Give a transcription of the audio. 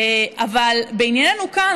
אבל בענייננו כאן,